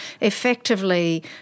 effectively